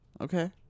okay